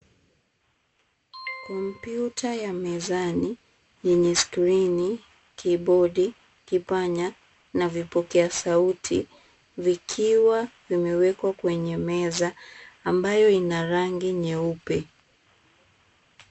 Kompyuta ya mezani yenye skrini, kibodi, kipanya na vipokea sauti vikiwa vimewekwa kwenye meza ambayo ina rangi nyeupe.